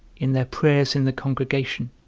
in their prayers in the congregation